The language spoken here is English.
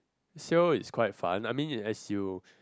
sail is quite fun I mean as you